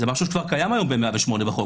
שזה משהו שכבר קיים היום ב-108 בחוק,